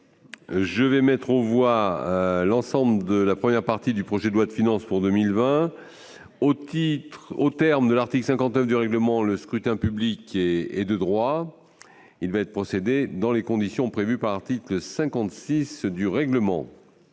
Je mets aux voix, modifié, l'ensemble de la première partie du projet de loi de finances pour 2020. En application de l'article 59 du règlement, le scrutin public ordinaire est de droit. Il va y être procédé dans les conditions fixées par l'article 56 du règlement.